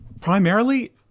Primarily